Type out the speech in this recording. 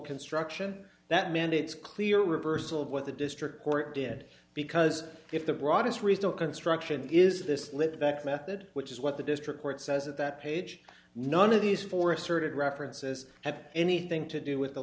construction that mandates clear reversal of what the district court did because if the broadest result construction is this live back method which is what the district court says that that page none of these four asserted references had anything to do with the